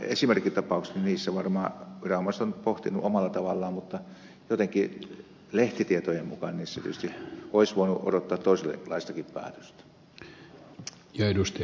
näissä esimerkkitapauksissa varmaan viranomaiset ovat pohtineet omalla tavallaan mutta jotenkin lehtitietojen mukaan niissä tietysti olisi voinut odottaa toisenlaistakin päätöstä